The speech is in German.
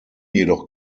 jedoch